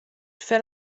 fel